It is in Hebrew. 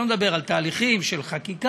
אני לא מדבר על תהליכים של חקיקה.